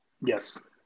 Yes